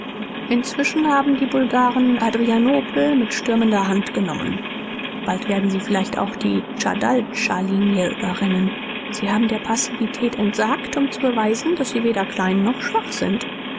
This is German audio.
inzwischen haben die bulgaren adrianopel mit stürmender hand genommen bald werden sie vielleicht auch die tschataldschalinie überrennen sie haben der passivität entsagt um zu beweisen daß sie weder klein noch schwach sind